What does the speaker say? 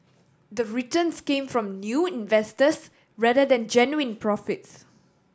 the returns came from new investors rather than genuine profits